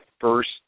first